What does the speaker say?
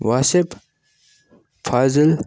Wasif Fazil